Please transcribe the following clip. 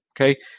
Okay